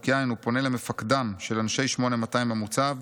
יין ופונה למפקדם של אנשי 8200 במוצב,